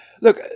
look